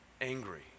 angry